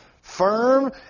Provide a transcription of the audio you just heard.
firm